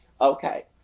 okay